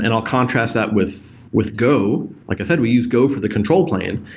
and i'll contrast that with with go. like i said, we use go for the control plane,